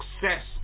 success